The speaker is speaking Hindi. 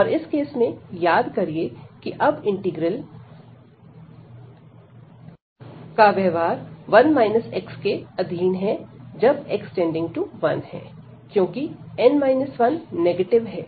और इस केस में याद करिए कि अब इंटीग्रल का व्यवहार 1 x के अधीन है जब x→1 है क्योंकि n 1 नेगेटिव है